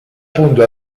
punto